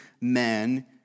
men